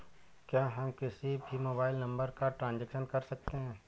क्या हम किसी भी मोबाइल नंबर का ट्रांजेक्शन कर सकते हैं?